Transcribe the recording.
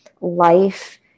life